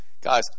Guys